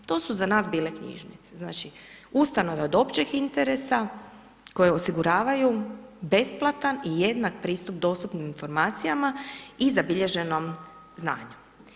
To su za nas bile knjižnice, znači ustanove od općeg interesa koje osiguravaju besplatan i jednak pristup dostupnim informacijama i zabilježenom znanju.